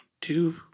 two